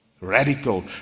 Radical